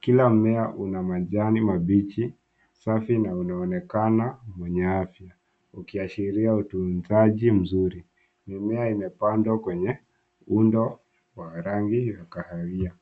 Kila mmea una majani mabichi safi na unaonekana wenye afya ukiashiria utunzaji mzuri. Mimea imepandwa kwenye undo wa rangi ya kahawia.